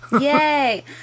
Yay